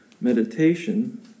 meditation